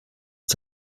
die